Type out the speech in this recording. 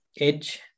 edge